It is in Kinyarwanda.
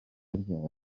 ryari